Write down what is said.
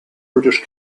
british